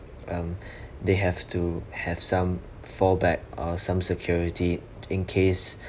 because um they have to have some fall back or some security in case